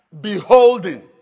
Beholding